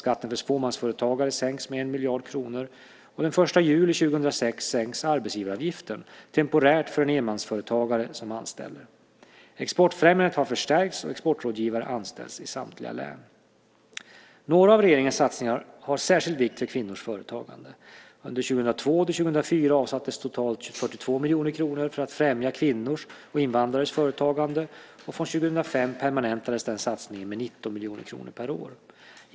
Skatten för fåmansföretagare sänks med 1 miljard kronor, och den 1 juli 2006 sänks arbetsgivaravgiften temporärt för en enmansföretagare som anställer. Exportfrämjandet har förstärkts, och exportrådgivare anställs i samtliga län. Några av regeringens satsningar är av särskild vikt för kvinnors företagande. Under 2002-2004 avsattes totalt 42 miljoner kronor för att främja kvinnors och invandrares företagande, och från år 2005 permanentades den satsningen med 19 miljoner kronor per år.